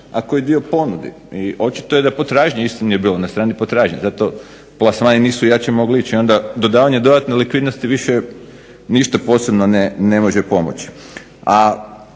a koje dio ponudi, očito da potražnje nije bilo na strani potražnje zato plasmani nisu mogli ići i zato dodavanje dodatne likvidnosti više ništa posebno ne može pomoći.